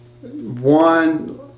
One